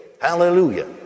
hallelujah